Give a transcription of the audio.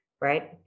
right